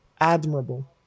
admirable